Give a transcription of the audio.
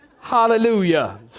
hallelujah